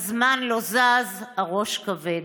הזמן לא זז, הראש כבד.